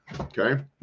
Okay